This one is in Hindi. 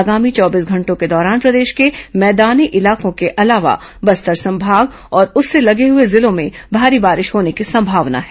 आगामी चौबीस घंटों के दौरान प्रदेश के मैदानी इलाकों के अलावा बस्तर संभाग और उससे लगे हुए जिलों में भारी बारिश होने की संभावना है